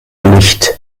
licht